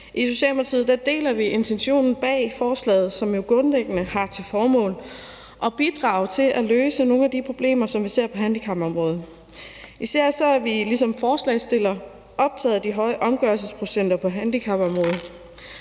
I Socialdemokratiet deler vi intentionen bag forslaget, som grundlæggende har til formål at bidrage til at løse nogle af de problemer, som vi ser på handicapområdet. Vi ser alt for mange sager, hvor mennesker med handicap ikke